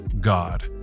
God